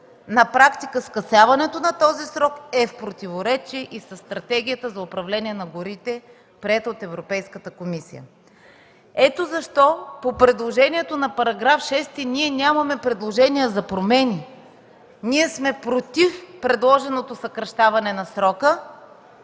на практика скъсяването на този срок е в противоречие и със Стратегията за управление на горите, приета от Европейската комисия. Ето защо по § 6 ние нямаме предложение за промени, ние сме против предложеното съкращаване на срока.